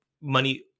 money